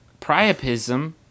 priapism